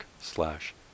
slash